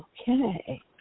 Okay